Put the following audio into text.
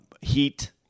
heat